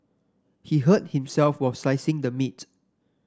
he hurt himself while slicing the meat